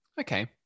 Okay